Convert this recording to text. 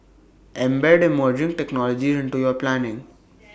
embed emerging technologies into your planning